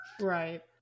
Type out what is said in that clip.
right